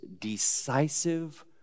decisive